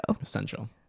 Essential